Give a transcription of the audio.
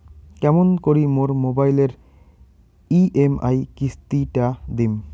কেমন করি মোর মোবাইলের ই.এম.আই কিস্তি টা দিম?